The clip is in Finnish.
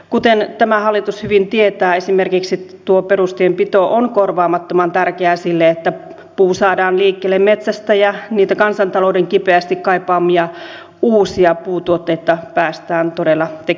kuten tämä hallitus hyvin tietää esimerkiksi perustienpito on korvaamattoman tärkeää sille että puu saadaan liikkeelle metsästä ja niitä kansantalouden kipeästi kaipaamia uusia puutuotteita päästään todella tekemään